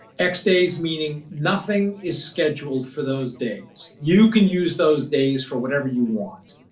x-days meaning nothing is scheduled for those days. you can use those days for whatever you want.